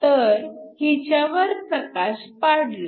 तर हिच्यावर प्रकाश पाडला